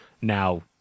now